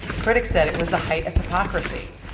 critics said it was the height of hypocrisy.